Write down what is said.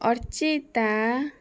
Archita